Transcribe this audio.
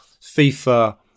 FIFA